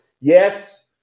yes